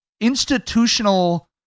institutional